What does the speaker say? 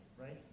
right